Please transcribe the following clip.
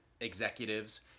executives